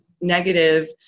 negative